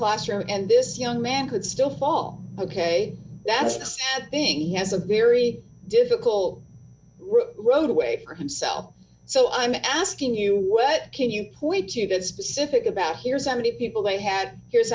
classroom and this young man could still fall ok that's the thing he has a very difficult road away for himself so i'm asking you what can you point to that specific about here so many people they had here's